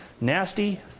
nasty